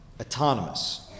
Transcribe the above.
autonomous